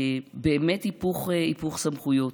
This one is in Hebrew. באמת היפוך סמכויות,